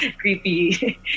creepy